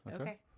Okay